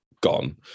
gone